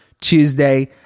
tuesday